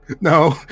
No